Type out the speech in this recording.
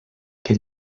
que